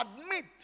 admit